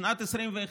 בשנת 2021,